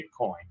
Bitcoin